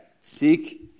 seek